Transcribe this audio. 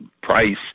price